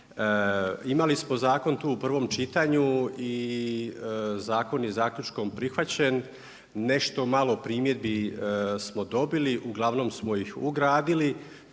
Imali smo zakon tu u prvom čitanju i zakon je zaključkom prihvaćen. Nešto malo primjedbi smo dobili, uglavnom smo ih ugradili.